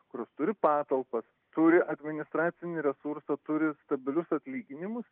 kurios turi patalpas turi administracinių resursų turi stabilius atlyginimus